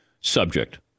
subject